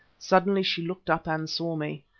suddenly she looked up and saw me.